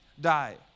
Die